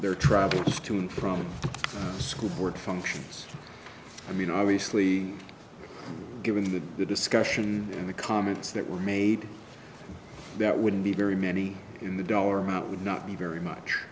their travel to and from school board functions i mean obviously given that the discussion in the comments that were made that wouldn't be very many in the dollar amount would not be very much